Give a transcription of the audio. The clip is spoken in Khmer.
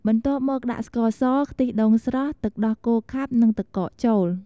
បន្ទាប់មកដាក់ស្ករស ខ្ទិះដូងស្រស់ ទឹកដោះគោខាប់ និងទឹកកកចូល។